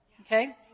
okay